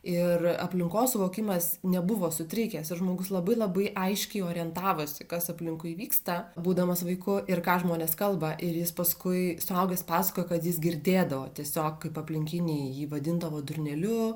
ir aplinkos suvokimas nebuvo sutrikęs žmogus labai labai aiškiai orientavosi kas aplinkui vyksta būdamas vaiku ir ką žmonės kalba ir jis paskui suaugęs pasakojo kad jis girdėdavo tiesiog kaip aplinkiniai jį vadindavo durneliu